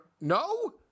No